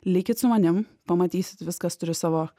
likit su manim pamatysit viskas turi savo